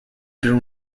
been